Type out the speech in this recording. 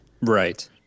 right